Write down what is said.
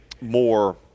more